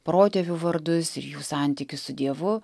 protėvių vardus ir jų santykius su dievu